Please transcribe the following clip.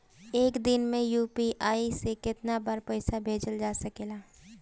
एक दिन में यू.पी.आई से केतना बार पइसा भेजल जा सकेला?